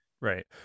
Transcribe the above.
right